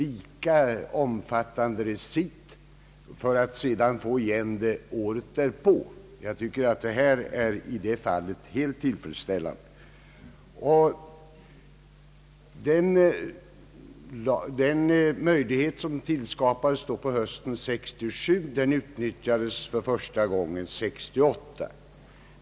Jag tycker att det nu föreliggande utlåtandet i det avseendet är helt tillfredsställande. Den möjlighet som tillskapades på hösten 1967 utnyttjades för första gången 1968.